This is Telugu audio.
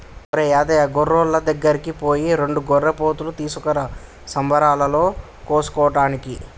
ఒరేయ్ యాదయ్య గొర్రులోళ్ళ దగ్గరికి పోయి రెండు గొర్రెపోతులు తీసుకురా సంబరాలలో కోసుకోటానికి